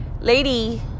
lady